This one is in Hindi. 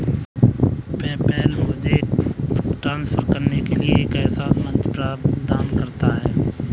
पेपैल मुझे पैसे ट्रांसफर करने के लिए एक आसान मंच प्रदान करता है